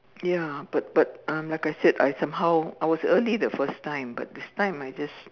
ya but but um like I said I somehow I was early the first time but this time I just